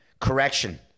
Correction